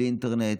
בלי אינטרנט,